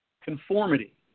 Conformity